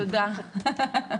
תודה.